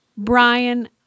Brian